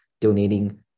donating